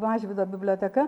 mažvydo biblioteka